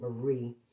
Marie